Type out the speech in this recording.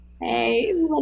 hey